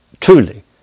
truly